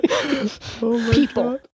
People